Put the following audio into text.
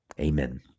Amen